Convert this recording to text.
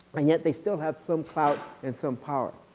and yeah they still have some clout and some power.